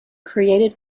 created